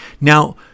Now